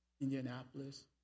Indianapolis